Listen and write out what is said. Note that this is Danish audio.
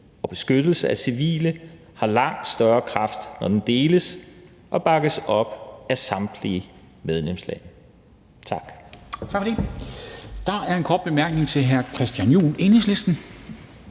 og beskyttelse af civile har langt større kraft, når den deles og bakkes op af samtlige medlemslande. Tak. Kl. 13:44 Formanden (Henrik Dam Kristensen): Der er en kort bemærkning til hr. Christian Juhl, Enhedslisten.